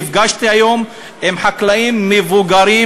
נפגשתי היום עם חקלאים מבוגרים,